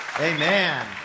amen